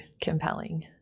compelling